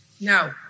No